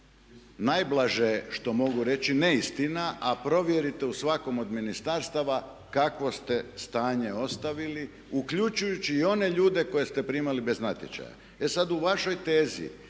najblaže što vam mogu reći neistina a provjerite u svakom od ministarstava kakvo ste stanje ostavili uključujući i one ljude koje ste primali bez natječaja. E sad u vašoj tezi